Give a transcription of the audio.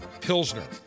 Pilsner